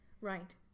Right